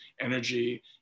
energy